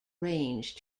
range